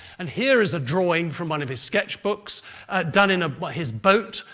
and here is a drawing from one of his sketchbooks done in but his boat,